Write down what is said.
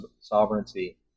sovereignty